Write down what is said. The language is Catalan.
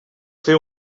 fer